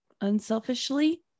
unselfishly